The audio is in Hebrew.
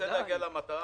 אני רוצה להגיע למטרה,